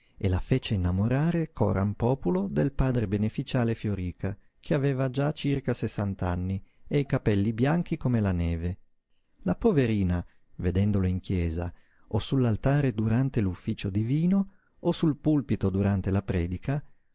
e la fece innamorare coram populo del padre beneficiale fioríca che aveva già circa sessant'anni e i capelli bianchi come la neve la poverina vedendolo in chiesa o sull'altare durante l'ufficio divino o sul pulpito durante la predica